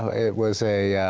so it was a